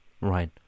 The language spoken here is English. Right